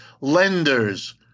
lenders